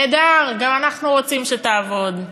נהדר, גם אנחנו רוצים שתעבוד,